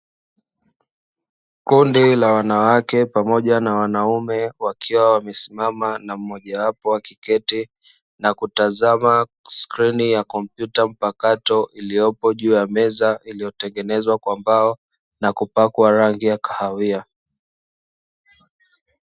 Kundi la wanawake pamoja na wanaume wakiwa wamesimama na mmojawapo wa kiketi, na kutazama sikrini ya kompyuta mpakato iliyopo juu ya meza, iliyotengenezwa kwa mbao na kupakwa rangi ya kahawia.